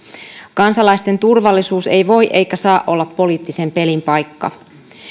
kansalaisten turvallisuus ei voi eikä saa olla poliittisen pelin paikka